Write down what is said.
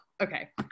okay